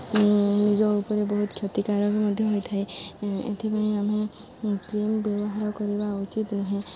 ନିଜ ଉପରେ ବହୁତ କ୍ଷତିକାରକ ମଧ୍ୟ ହୋଇଥାଏ ଏଥିପାଇଁ ଆମେ କ୍ରିମ୍ ବ୍ୟବହାର କରିବା ଉଚିତ୍ ନୁହେଁ